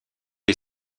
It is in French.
est